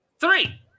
Three